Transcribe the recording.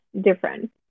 different